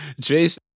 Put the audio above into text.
Jason